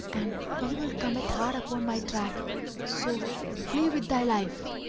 and evil cometh hard upon my track so flee with thy life!